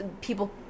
people